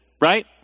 right